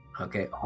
Okay